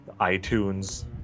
iTunes